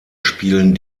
spielen